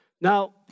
Now